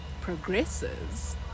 progresses